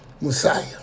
Messiah